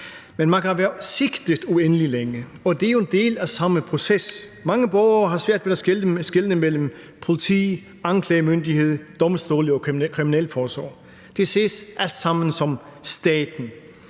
Men man kan være sigtet uendelig længe, og det er jo en del af samme proces. Mange borgere har svært ved at skelne mellem politi, anklagemyndighed, domstole og kriminalforsorg – det ses alt sammen som staten.